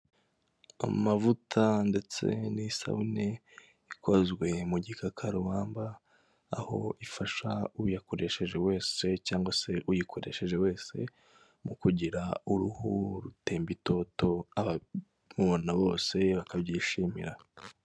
Amavuta ndetse n'isabune ikozwe mu gikakarubamba, aho ifasha uyakoresheje wese cyangwa se uyikoresheje wese, mu kugira uruhu rutemba itoto, abamubona bose bakabyishimira.